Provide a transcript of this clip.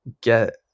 get